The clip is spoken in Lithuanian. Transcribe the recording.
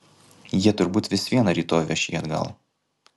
jie turbūt vis viena rytoj veš jį atgal